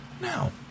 now